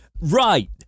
Right